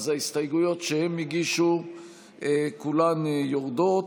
אז ההסתייגויות שהם הגישו כולן יורדות,